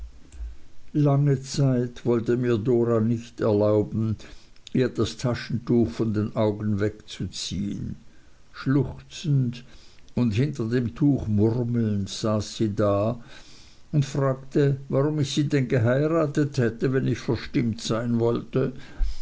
lange zeit wollte mir dora nicht erlauben ihr das taschentuch von den augen wegzuziehen schluchzend und hinter dem tuch murmelnd saß sie da und fragte warum ich sie denn geheiratet hätte wenn ich verstimmt sein wollte